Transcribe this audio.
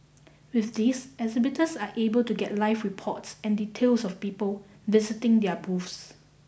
with this exhibitors are able to get live reports and details of people visiting their booths